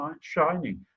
shining